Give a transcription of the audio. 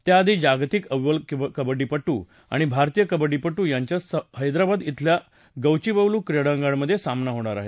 त्याआधी जागतिक अव्वल कबड्डी पट्ट आणि भारतीय कबङ्डी पट्ट यांच्यात हैदराबाद मधल्या गाचीबौली क्रीडांगणामधे सामना रंगणार आहे